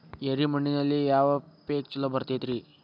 ಎರೆ ಮಣ್ಣಿನಲ್ಲಿ ಯಾವ ಪೇಕ್ ಛಲೋ ಬರತೈತ್ರಿ?